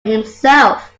himself